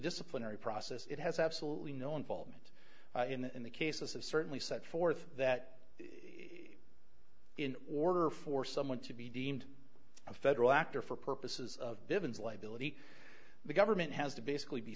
disciplinary process it has absolutely no involvement in the cases of certainly set forth that in order for someone to be deemed a federal act or for purposes of bivins liability the government has to basically be